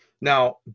Now